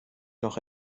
noch